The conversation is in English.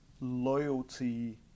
loyalty